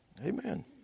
Amen